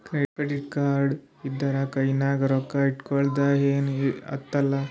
credit card ಇದ್ದೂರ ಕೈನಾಗ್ ರೊಕ್ಕಾ ಇಟ್ಗೊಳದ ಏನ್ ಹತ್ತಲಾ